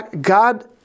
God